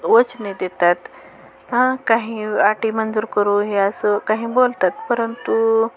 वचने देतात हां काही अटी मंजूर करू हे असं काही बोलतात परंतु